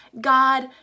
God